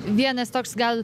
vienas toks gal